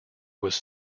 was